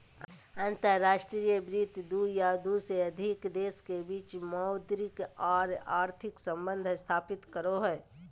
अंतर्राष्ट्रीय वित्त दू या दू से अधिक देश के बीच मौद्रिक आर आर्थिक सम्बंध स्थापित करो हय